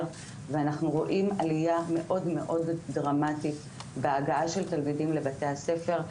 ואנחנו רואים עליה מאוד דרמטית בהגעה של תלמידים לבתי הספר.